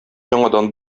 яңадан